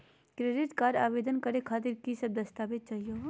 Credit card आवेदन करे खातीर कि क दस्तावेज चाहीयो हो?